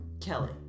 Kelly